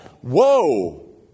whoa